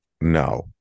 No